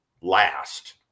last